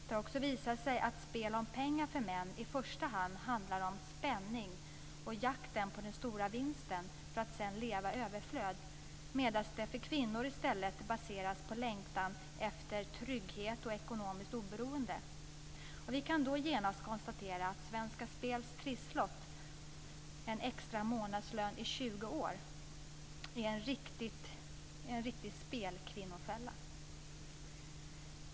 Det har också visat sig att spel om pengar för män i första hand handlar om spänning och jakten på den stora vinsten för att man sedan ska kunna leva i överflöd. För kvinnor baseras spelandet i stället på längtan efter trygghet och ekonomiskt oberoende. Vi kan då genast konstatera att Svenska Spels trisslott - där man kan vinna en extra månadslön i 20 år - är en riktig spelkvinnofälla.